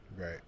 right